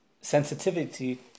sensitivity